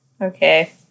Okay